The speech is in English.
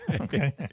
Okay